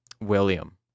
William